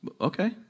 okay